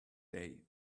day